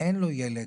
אין לו ילד,